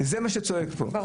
זה מה שצועק פה וזה לא נעשה.